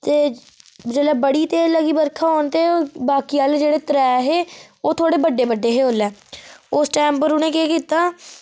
ते जेल्ले बड़ी देर लगी बर्खा होन ते बाकी आह्ले जेह्ड़े त्रै हे ओह् थोह्ड़े बड्डे बड्डे हे ओल्लै उस टैम पर उनें केह् कीता